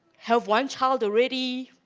have one child already